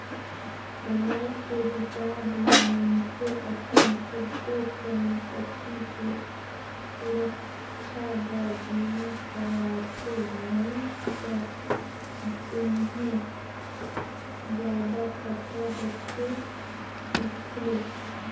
कमाई के हिसाब ले मइनसे अपन सब्बो संपति के सुरक्छा बर बीमा करवाथें नई त जेम्हे जादा खतरा होथे ओखरे